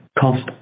cost